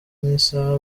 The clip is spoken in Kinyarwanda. nk’isaha